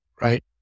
Right